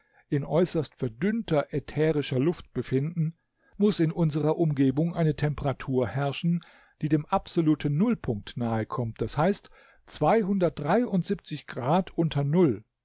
in äußerst verdünnter ätherischer luft befinden muß in unserer umgebung eine temperatur herrschen die dem absoluten nullpunkt nahe kommt das heißt grad unter null